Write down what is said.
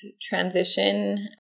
transition